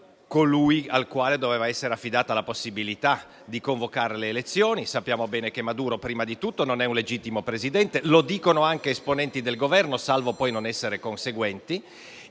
colui al quale doveva essere affidata la possibilità di convocare le elezioni. Sappiamo bene che Maduro, prima di tutto, non è un legittimo Presidente (lo dicono anche esponenti del Governo, salvo poi non essere conseguenti);